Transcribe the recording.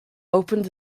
opened